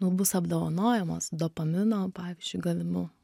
bus apdovanojamos dopamino pavyzdžiui gavimu